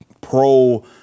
pro